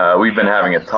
we've been having a talk.